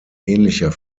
ähnlicher